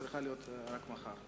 צריכה להיות רק מחר.